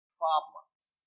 problems